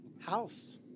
house